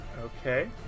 Okay